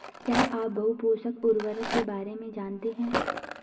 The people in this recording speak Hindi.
क्या आप बहुपोषक उर्वरक के बारे में जानते हैं?